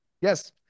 Yes